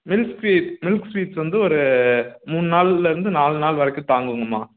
milk sweet milk sweets வந்து ஒரு மூணு நாள்லருந்து நாலலு நாள் வரைக்கும் தாங்குங்கம்மா